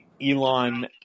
Elon –